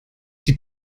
die